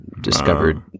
discovered